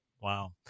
Wow